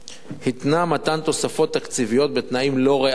התנה מתן תוספות תקציביות בתנאים לא ריאליים